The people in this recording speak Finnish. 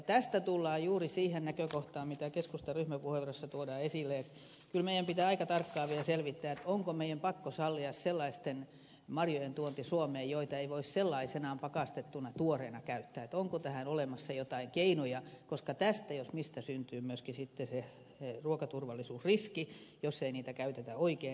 tästä tullaan juuri siihen näkökohtaan mitä keskustan ryhmäpuheenvuorossa tuodaan esille että kyllä meidän pitää aika tarkkaan vielä selvittää onko meidän pakko sallia sellaisten marjojen tuonti suomeen joita ei voi sellaisenaan pakastettuna tuoreena käyttää onko tähän olemassa joitain keinoja koska tästä jos mistä syntyy myöskin sitten se ruokaturvallisuusriski jos ei niitä käytetä oikein eli kuumenneta